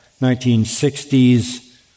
1960s